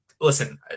listen